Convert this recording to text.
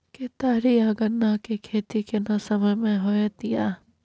केतारी आ गन्ना के खेती केना समय में होयत या?